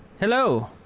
Hello